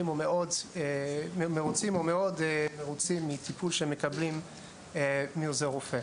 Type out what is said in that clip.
מאוד מרוצים מהטיפול שהם מקבלים מעוזר רופא.